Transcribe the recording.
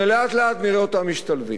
ולאט לאט נראה אותם משתלבים.